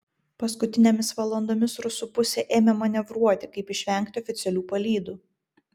paskutinėmis valandomis rusų pusė ėmė manevruoti kaip išvengti oficialių palydų